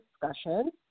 discussion